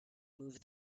move